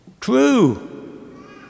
True